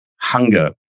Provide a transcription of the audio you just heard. hunger